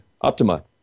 Optima